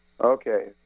Okay